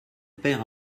père